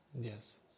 Yes